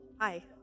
Hi